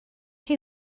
chi